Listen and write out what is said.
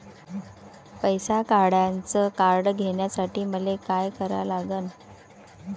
पैसा काढ्याचं कार्ड घेण्यासाठी मले काय करा लागन?